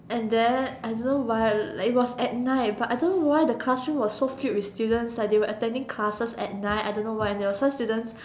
and then I don't why like it was at night but I don't why the classrooms were so filled with students like they were attending classes at night I don't know why and there were some students